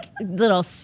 little